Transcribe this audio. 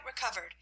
recovered